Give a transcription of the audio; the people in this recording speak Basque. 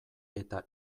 eta